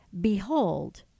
behold